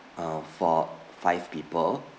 uh for five people